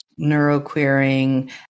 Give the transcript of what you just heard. neuroqueering